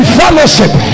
fellowship